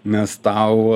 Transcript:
nes tau